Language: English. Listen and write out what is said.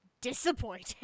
disappointing